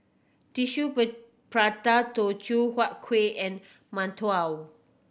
tissue prata Teochew Huat Kuih and